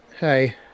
Hey